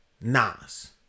Nas